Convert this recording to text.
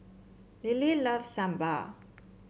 Lilie loves Sambar